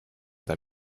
that